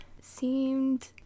seemed